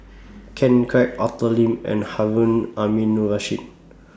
Ken Kwek Arthur Lim and Harun Aminurrashid